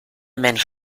mensch